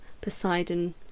Poseidon